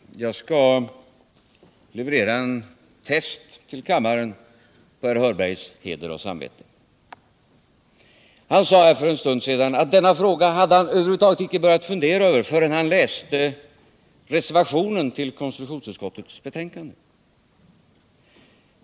Herr talman! Jag skall leverera ett test till kammaren på herr Hörbergs försäkran på heder och samvete. Han sade här för en stund sedan att han över huvud taget inte hade börjat fundera över denna fråga förrän han läste reservationen till konstitutionsutskottets betänkande.